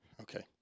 Okay